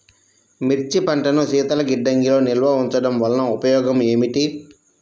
మిర్చి పంటను శీతల గిడ్డంగిలో నిల్వ ఉంచటం వలన ఉపయోగం ఏమిటి?